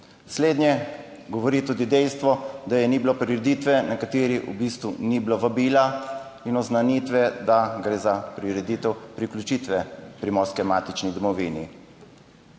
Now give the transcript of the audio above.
Slednje govori tudi dejstvo, da je ni bilo prireditve, na kateri v bistvu ni bilo vabila in oznanitve, da gre za prireditev priključitve Primorske k matični domovini.